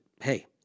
hey